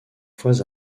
fois